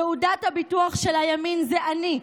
תעודת הביטוח של הימין זה אני.